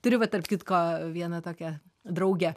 turiu va tarp kitko vieną tokią draugę